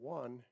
one